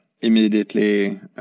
immediately